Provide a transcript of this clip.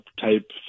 type